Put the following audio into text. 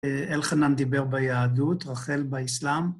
אלחנן דיבר ביהדות, רחל באסלאם.